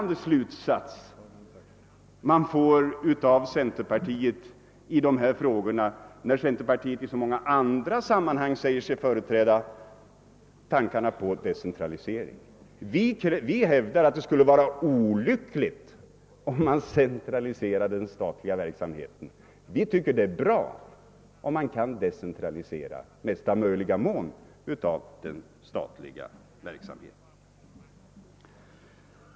Den slutsats man kan dra av centerpartiets uttalanden i dessa frågor blir något förbryllande, när centern i så många andra sammanhang säger sig företräda tankarna på decentralisering. Vi hävdar att det skulle vara olyckligt att centralisera den statliga verksamhet som kan förläggas till länen. Vi tycker sålunda att det är bra om man kan decentralisera den statliga verksamheten.